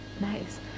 Nice